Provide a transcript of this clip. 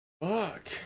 Fuck